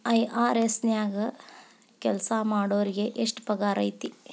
IRS ನ್ಯಾಗ್ ಕೆಲ್ಸಾಮಾಡೊರಿಗೆ ಎಷ್ಟ್ ಪಗಾರ್ ಐತಿ?